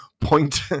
point